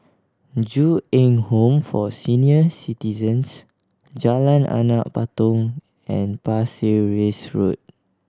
Ju Eng Home for Senior Citizens Jalan Anak Patong and Pasir Ris Road